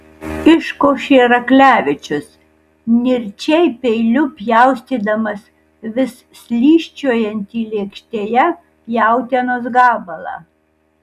iškošė raklevičius nirčiai peiliu pjaustydamas vis slysčiojantį lėkštėje jautienos gabalą